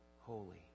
holy